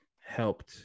helped